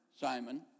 Simon